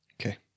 Okay